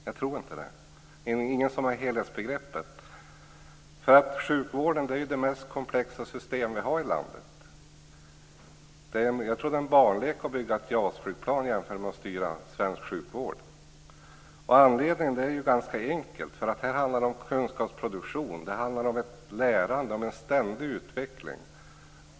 Jag tror inte det. Det är ingen som har helhetsgreppet. Sjukvården är ju det mest komplexa system vi har i landet. Jag tror det är en barnlek att bygga ett JAS flygplan i jämförelse med att styra svensk sjukvård. Anledningen är ju ganska enkel. Det handlar om kunskapsproduktion, om ett lärande och om en ständig utveckling.